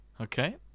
Okay